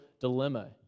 dilemma